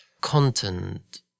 content